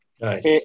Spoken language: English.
Nice